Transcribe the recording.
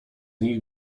nich